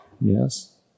yes